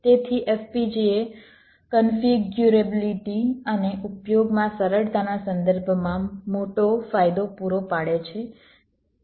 તેથી FPGA configurability અને ઉપયોગમાં સરળતાના સંદર્ભમાં મોટો ફાયદો પૂરો પાડે છે